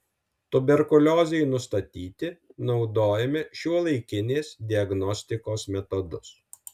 tuberkuliozei nustatyti naudojame šiuolaikinės diagnostikos metodus